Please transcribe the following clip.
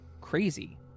crazy